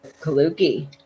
Kaluki